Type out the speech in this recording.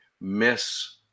miss